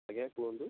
ଆଜ୍ଞା କୁହନ୍ତୁ